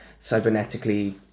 cybernetically